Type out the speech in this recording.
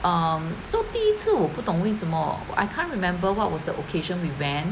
um so 第一次我不懂为什么 I can't remember what was the occasion we went